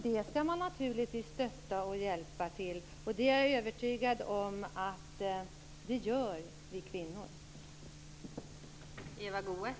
Det skall man naturligtvis stötta och hjälpa till med, och jag är övertygad om att vi kvinnor gör det.